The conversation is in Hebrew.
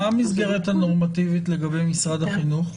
מהי המסגרת הנורמטיבית לגבי משרד החינוך?